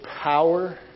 power